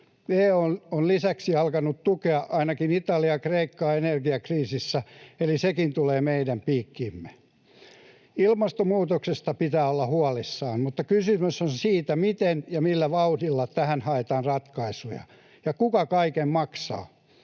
EU on lisäksi alkanut tukea ainakin Italiaa ja Kreikkaa energiakriisissä, eli sekin tulee meidän piikkiimme. Ilmastonmuutoksesta pitää olla huolissaan, mutta kysymys on siitä, miten ja millä vauhdilla tähän haetaan ratkaisuja ja kuka kaiken maksaa.